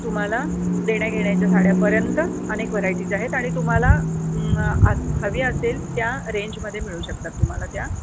तुम्हाला देण्याघेण्याच्या साड्यापर्यंत अनेक व्हरायटीज आहेत आणि तुम्हाला हवी असेल त्या रेंजमध्ये मिळू शकतात तुम्हाला त्या